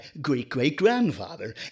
great-great-grandfather